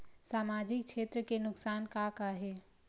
सामाजिक क्षेत्र के नुकसान का का हे?